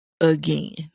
again